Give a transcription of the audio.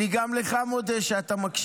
אני מודה גם לך שאתה מקשיב.